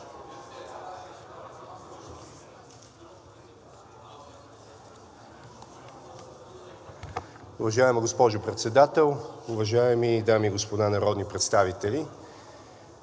Уважаема госпожо Председател, уважаеми дами и господа народни представители!